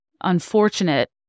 unfortunate